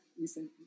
recently